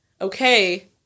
okay